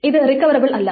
ഇത് റിക്കവറബിൾ അല്ല